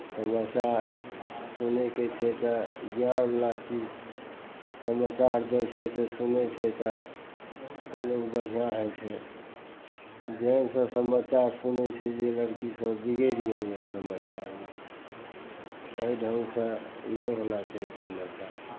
समाचार सुनैके छै तऽ ज्ञानवला चीज समाचार दै छै तऽ सुनै छै तऽ लोक बढ़िआँ होइ छै जेहन सब समाचार सुनै छै जे लड़कीसभ बिगड़ि गेलै यऽ समाचारमे एहि ढङ्गसे नहि होना चाही समाचार